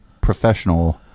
professional